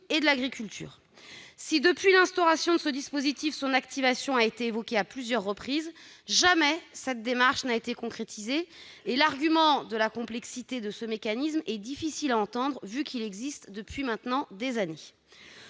et de l'agriculture. Si, depuis l'instauration de ce dispositif, son activation a été évoquée à plusieurs reprises, jamais cette démarche n'a été concrétisée. L'argument de la complexité de ce mécanisme est difficile à entendre, étant donné qu'il existe depuis maintenant des années.